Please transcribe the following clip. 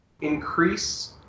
increase